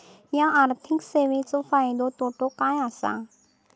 हया आर्थिक सेवेंचो फायदो तोटो काय आसा?